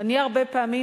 אני הרבה פעמים,